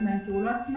--- כי הוא לא עצמאי.